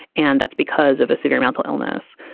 and that's because of a severe mental illness.